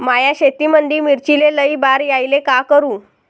माया शेतामंदी मिर्चीले लई बार यायले का करू?